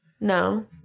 No